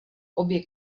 obě